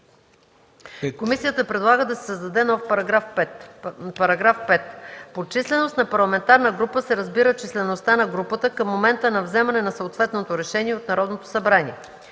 Комисията предлага да се създаде нов § 5: „§ 5. Под „численост на парламентарна група” се разбира числеността на групата към момента на вземане на съответното решение от Народното събрание.”